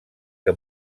que